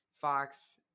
Fox